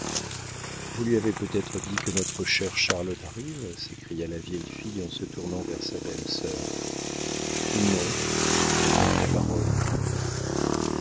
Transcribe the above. vous lui avez peut-être dit que notre chère charlotte arrive s'écria la vieille fille en se tournant vers sa belle-sœur non répondit la baronne